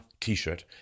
t-shirt